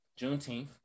Juneteenth